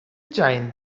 giant